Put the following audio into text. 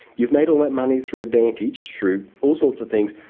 you've made all that money through advantage, through all sorts of things.